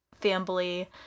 family